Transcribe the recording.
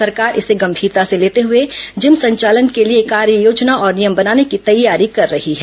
सरकार इसे गंभीरता से लेते हुए जिम संचालन के लिए कार्ययोजना और नियम बनाने की तैयारी कर रही है